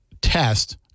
test